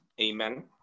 Amen